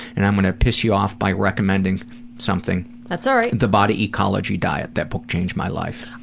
and i'm gonna piss you off by recommending something. that's alright. the body ecology diet. that book changed my life.